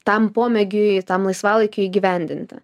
tam pomėgiui tam laisvalaikiui įgyvendinti